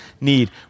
need